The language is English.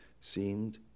seemed